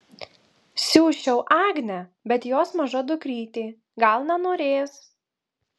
siųsčiau agnę bet jos maža dukrytė gal nenorės